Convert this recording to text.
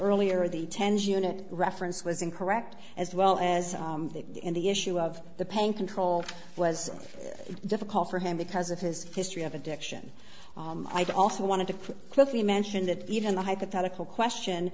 earlier the tens unit reference was incorrect as well as in the issue of the pain control was difficult for him because of his history of addiction i'd also want to quickly mention that even the hypothetical question